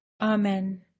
Amen